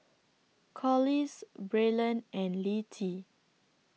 Collis Braylen and Littie